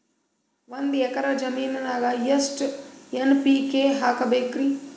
ಒಂದ್ ಎಕ್ಕರ ಜಮೀನಗ ಎಷ್ಟು ಎನ್.ಪಿ.ಕೆ ಹಾಕಬೇಕರಿ?